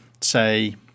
say